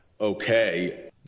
okay